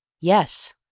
Yes